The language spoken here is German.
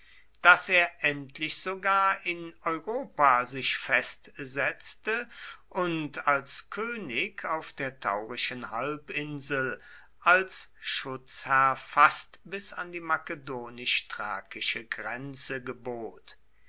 daß er endlich sogar in europa sich festsetzte und als könig auf der taurischen halbinsel als schutzherr fast bis an die makedonisch thrakische grenze gebot